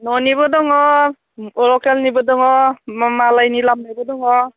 न'निबो दङ लकेलनिबो दङ मालायनि लाबोनायबो दङ